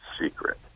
secret